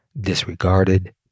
disregarded